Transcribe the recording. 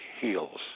heals